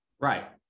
Right